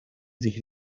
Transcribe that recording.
sich